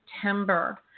September